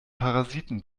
parasiten